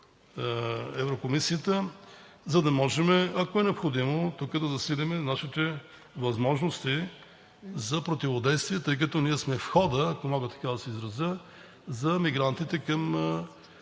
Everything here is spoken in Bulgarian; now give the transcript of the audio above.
Еврокомисията, за да може, ако е необходимо, да засилим нашите възможности за противодействие, тъй като ние сме входа, ако мога така да се изразя, за мигрантите към